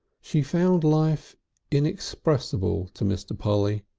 she found life inexpressible to mr. polly.